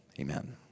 amen